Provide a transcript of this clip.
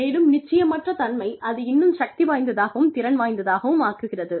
மேலும் நிச்சயமற்ற தன்மை அதை இன்னும் சக்திவாய்ந்ததாகவும் திறன் வாய்ந்ததாகவும் ஆக்குகிறது